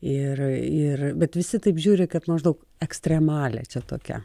ir ir bet visi taip žiūri kad maždaug ekstremalė čia tokia